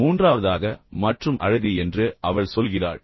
மூன்றாவதாக மற்றும் அழகு என்று அவள் சொல்கிறாள்